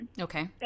Okay